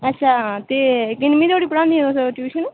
अच्छा ते किन्नमीं धोड़ी पढ़ांदियां तुस ट्यूशन